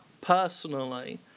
Personally